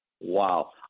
Wow